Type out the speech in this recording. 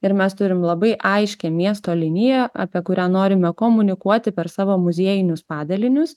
ir mes turim labai aiškią miesto liniją apie kurią norime komunikuoti per savo muziejinius padalinius